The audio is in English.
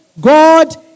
God